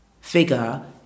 figure